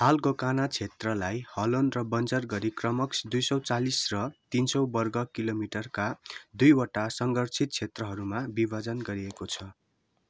हालको कान्हा क्षेत्रलाई हलोन र बन्जर गरी क्रमश दुइ सौ चालिस र तिन सौ वर्ग किलोमिटरका दुईवटा संरक्षित क्षेत्रहरूमा विभाजन गरिएको छ